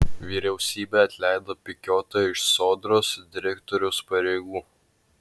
vyriausybė atleido pikiotą iš sodros direktoriaus pareigų